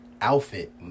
outfit